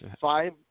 five